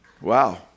Wow